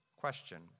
question